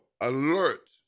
alert